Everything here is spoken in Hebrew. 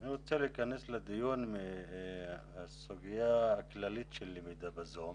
אני רוצה להכנס לדיון מהסוגיה הכללית של למידה בזום,